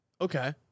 Okay